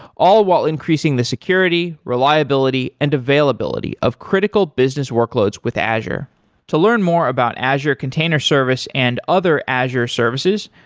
all while increasing the security, reliability and availability of critical business workloads with azure to learn more about azure container service and other azure services,